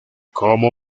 como